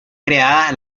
creada